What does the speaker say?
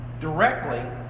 directly